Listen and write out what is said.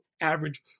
average